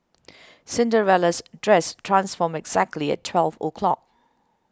Cinderella's dress transformed exactly at twelve o'clock